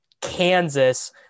Kansas